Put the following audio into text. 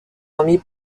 remis